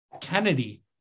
Kennedy